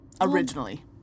Originally